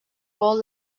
gol